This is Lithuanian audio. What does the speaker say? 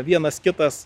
vienas kitas